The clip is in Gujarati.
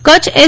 કચ્છ એસ